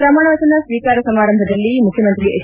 ಪ್ರಮಾಣ ವಚನ ಸ್ವೀಕಾರ ಸಮಾರಂಭದಲ್ಲಿ ಮುಖ್ಡಮಂತ್ರಿ ಎಚ್